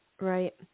Right